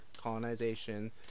colonization